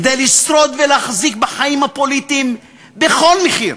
כדי לשרוד ולהחזיק בחיים הפוליטיים בכל מחיר,